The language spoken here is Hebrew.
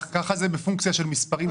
כך זה בפונקציה של מספרים שלמים.